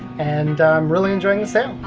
and i'm really enjoying the sail.